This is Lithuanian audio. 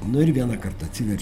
nu ir vieną kartą atsiverčiu